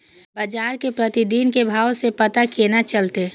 बजार के प्रतिदिन के भाव के पता केना चलते?